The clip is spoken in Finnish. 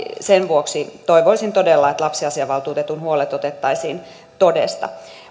sen vuoksi toivoisin todella että lapsiasiavaltuutetun huolet otettaisiin todesta